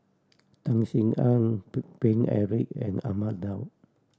Tan Sin Aun Paine Eric and Ahmad Daud